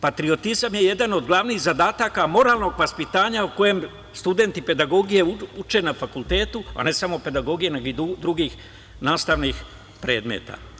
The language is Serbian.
Patriotizam je jedan od glavnih zadataka moralnog vaspitanja o kojem studenti pedagogije uče na fakultetu, a ne samo pedagogije, nego i drugih nastavnih predmeta.